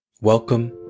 Welcome